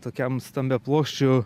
tokiam stambiaplokščių